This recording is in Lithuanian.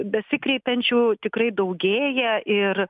besikreipiančių tikrai daugėja ir